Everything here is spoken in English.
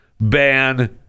ban